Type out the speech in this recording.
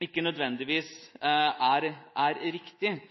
ikke nødvendigvis er riktig –